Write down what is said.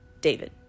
David